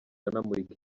anamurika